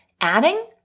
adding